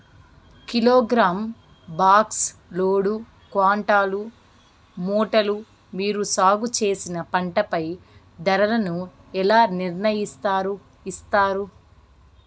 Kilogram, box, load, quintal, మూటలు మీరు సాగు చేసిన పంటపై ధరలను ఎలా నిర్ణయిస్తారు యిస్తారు?